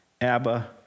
Abba